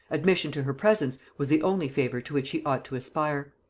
admission to her presence was the only favor to which he ought to aspire.